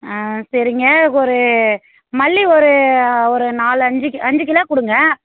சரிங்க ஒரு மல்லி ஒரு ஒரு நாலு அஞ்சுக்கி அஞ்சு கிலோ கொடுங்க